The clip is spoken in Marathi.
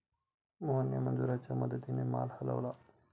मोहनने मजुरांच्या मदतीने माल हलवला